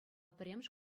пӗрремӗш